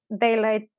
daylight